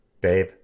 Babe